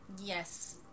Yes